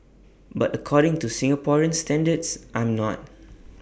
but according to Singaporean standards I'm not